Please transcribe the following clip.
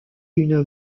une